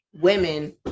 women